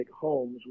Homes